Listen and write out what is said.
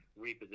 reposition